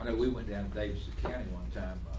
and we went down to canada one time,